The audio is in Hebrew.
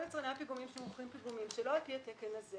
כל יצרני הפיגומים שמכינים פיגומים שלא על פי התקן הזה,